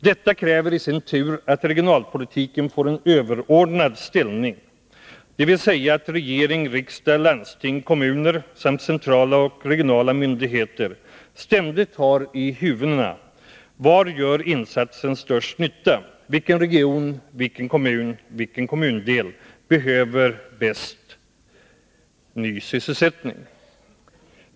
Detta kräver i sin tur att regionalpolitiken får en överordnad ställning, dvs. att regering, riksdag, landsting och kommuner samt centrala och regionala myndigheter ständigt har i ”huvudena”: Var gör insatsen störst nytta? Vilken region, vilken kommun, vilken kommundel behöver bäst ny sysselsättning?